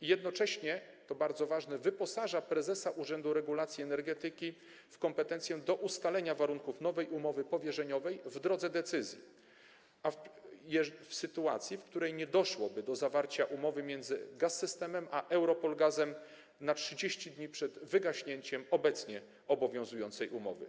i jednocześnie - to bardzo ważne - wyposaża prezesa Urzędu Regulacji Energetyki w kompetencję do ustalenia warunków nowej umowy powierzeniowej w drodze decyzji w sytuacji, w której nie doszłoby do zawarcia umowy między Gaz-Systemem a EuRoPol Gazem na 30 dni przed wygaśnięciem obecnie obowiązującej umowy.